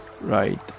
right